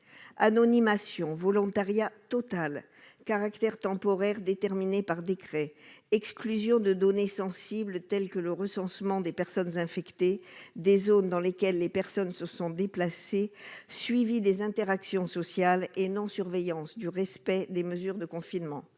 anonymisation, volontariat total, caractère temporaire déterminé par décret, exclusion de données sensibles, telles que le recensement des personnes infectées, et des zones dans lesquelles les personnes se sont déplacées, suivi des interactions sociales et non-surveillance du respect des mesures de confinement.